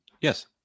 Yes